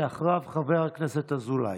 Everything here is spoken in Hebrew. אחריו, חבר הכנסת אזולאי.